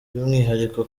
by’umwihariko